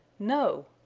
no!